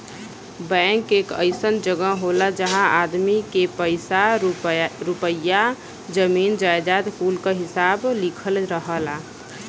bank एक अइसन जगह होला जहां आदमी के पइसा रुपइया, जमीन जायजाद कुल क हिसाब लिखल रहला